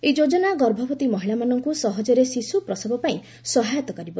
ଏହି ଯୋଜନା ଗର୍ଭବତୀ ମହିଳାମାନଙ୍କୁ ସହଜରେ ଶିଶ୍ୱ ପ୍ରସବ ପାଇଁ ସହାୟତା କରିବ